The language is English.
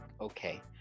okay